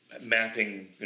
mapping